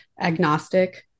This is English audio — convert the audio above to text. agnostic